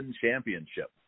championship